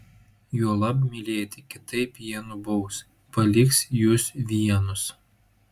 juolab mylėti kitaip jie nubaus paliks jus vienus